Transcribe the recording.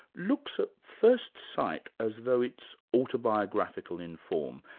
looks at first sight as though it's autobiographical in form.